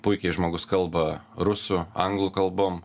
puikiai žmogus kalba rusų anglų kalbom